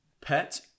Pet